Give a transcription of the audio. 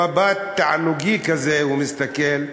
במבט תענוגי כזה הוא מסתכל.